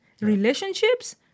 Relationships